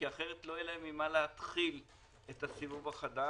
כי אחרת לא יהיה להם ממה להתחיל את הסיבוב החדש.